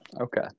Okay